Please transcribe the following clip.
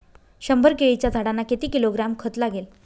शंभर केळीच्या झाडांना किती किलोग्रॅम खत लागेल?